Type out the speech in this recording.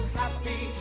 happy